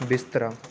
ਬਿਸਤਰਾ